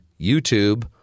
YouTube